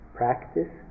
practice